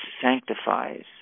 sanctifies